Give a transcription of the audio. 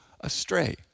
astray